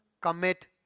commit